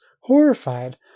Horrified